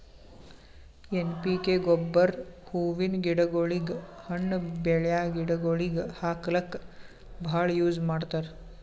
N P K ಗೊಬ್ಬರ್ ಹೂವಿನ್ ಗಿಡಗೋಳಿಗ್, ಹಣ್ಣ್ ಬೆಳ್ಯಾ ಗಿಡಗೋಳಿಗ್ ಹಾಕ್ಲಕ್ಕ್ ಭಾಳ್ ಯೂಸ್ ಮಾಡ್ತರ್